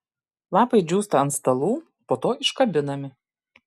lapai džiūsta ant stalų po to iškabinami